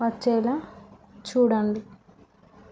వచ్చేలాగ చూడండి